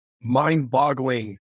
mind-boggling